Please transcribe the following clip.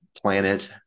planet